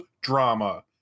drama